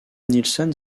nielsen